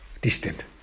distant